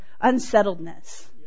unsettledness